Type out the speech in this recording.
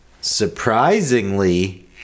surprisingly